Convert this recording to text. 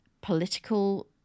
political